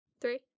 Three